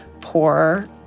poor